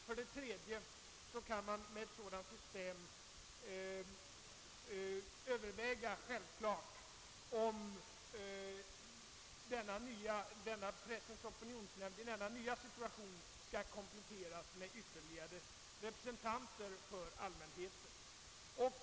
För det tredje kan man med ett sådant system överväga, om Pressens opinionsnämnd i den nya situationen skall kompletteras med ytterligare representanter för allmänheten.